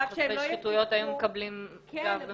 שהן -- הלוואי שחושפי שחיתויות היו מקבלים גב במדינת ישראל --- כן,